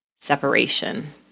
separation